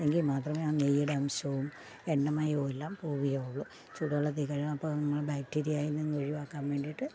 എങ്കിൽ മാത്രമേ ആ നെയ്യുടെ അംശവും എണ്ണമയവും എല്ലാം പോകുകയുള്ളു ചൂടു വെള്ളത്തിൽ കഴുകുമ്പം നമ്മൾ ബാക്റ്റീരിയയിൽ നിന്നും ഒഴിവാക്കാൻ വേണ്ടിയിട്ട്